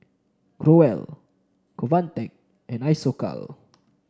Growell Convatec and Isocal